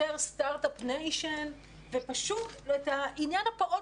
יותר סטרטאפ ניישן ופשוט את העניין הפעוט